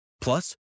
Plus